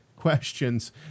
Questions